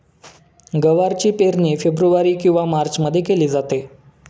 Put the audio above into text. गवारची पेरणी फेब्रुवारी किंवा मार्चमध्ये केली जाते